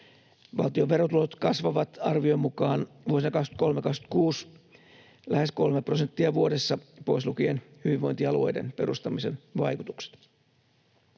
Valtion verotulot kasvavat arvion mukaan vuonna 23—26 lähes kolme prosenttia vuodessa, pois lukien hyvinvointialueiden perustamisen vaikutukset.